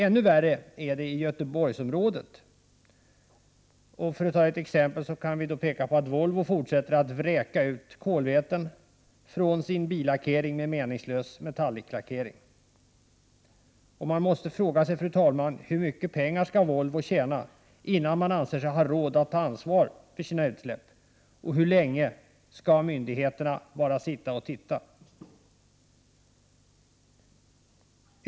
Än värre är det i Göteborgsområdet. För att ta ett exempel kan jag nämna att Volvo fortsätter att vräka ut kolväten från sin billackering med en meningslös metalliclackering. Man måste fråga sig, fru talman: Hur mycket pengar skall Volvo tjäna innan man anser sig ha råd att ta ansvar för sina utsläpp, och hur länge skall myndigheterna bara sitta och titta?